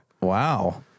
wow